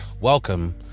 welcome